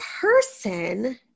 person